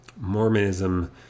Mormonism